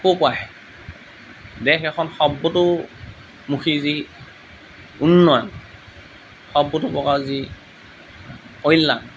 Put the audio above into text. ক'ৰ পৰা আহে দেশ এখন সৰ্বতোমুখি যি উন্নয়ন সৰ্বতোপ্ৰকাৰৰ যি কল্যাণ